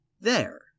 There